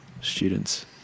students